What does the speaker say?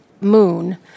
Moon